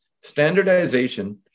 standardization